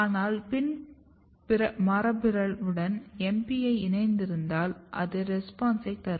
ஆனால் PIN மரபுபிறழ்வுடன் MP யை இணைத்திருந்தால் அது ரெஸ்பான்ஸை தரும்